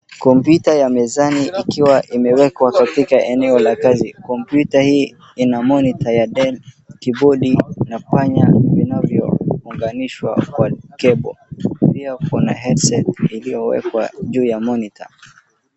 Kompyuta ya mezani ikiwa imewekwa katika eneo la kazi, kompyuta hii ina monitor ya dell keybodi na kipanya inavyounganishwa kwa cable pia kuna headset iliyowekwa juu ya monitor .